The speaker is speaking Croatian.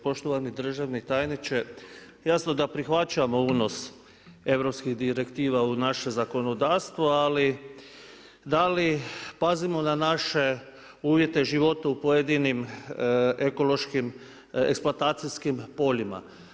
Poštovani državni tajniče, jasno da prihvaćamo unos, europskih direktiva u naše zakonodavstvo, ali da li pazimo na naše uvijete života u pojedinim ekološkim, eksploatacijskim poljima?